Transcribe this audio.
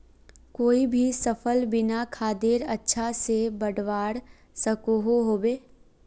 कोई भी सफल बिना खादेर अच्छा से बढ़वार सकोहो होबे?